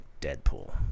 Deadpool